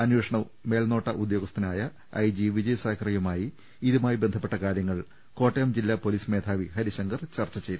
അന്വേഷണ മേൽനോട്ട് ഉദ്യോഗസ്ഥനായ ഐ ജി വിജയ് സാക്കറെയുമായി ഇതുമായി ബന്ധപ്പെട്ട കാര്യങ്ങൾ കോട്ടയം ജില്ലാ പൊലീസ് മേധാവി ഹരിശങ്കർ ചർച്ച ചെയ്തു